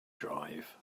drive